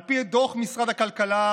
על פי דוח משרד הכלכלה,